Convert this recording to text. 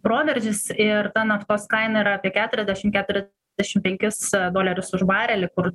proveržis ir ta naftos kaina yra apie keturiasdešim keturiasdešim penkis dolerius už barelį kur